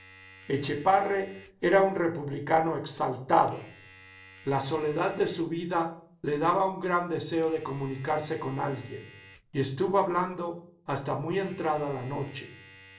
etchepare era un republicano exaltado la soledad de su vida le daba un gran deseo de comunicarse con alguien y estuvo hablando hasta muy entrada la noche